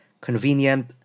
convenient